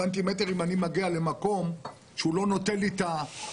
הוא עם 80 סנטימטרים כשאני מגיע למקום כלשהו הוא לא נותן לי את השירות?